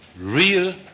real